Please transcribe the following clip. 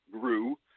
grew